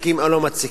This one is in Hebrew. מציקים או לא מציקים.